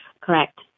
correct